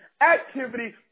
Activity